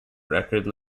record